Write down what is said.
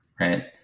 Right